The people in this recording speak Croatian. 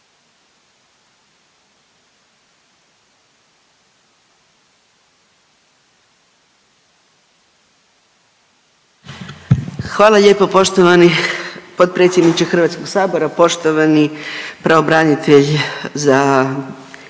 Hvala lijepo poštovani potpredsjedniče HS-a. Poštovani pravobranitelj za